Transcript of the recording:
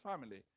family